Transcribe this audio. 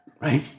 right